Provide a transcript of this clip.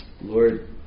Lord